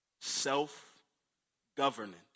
self-governance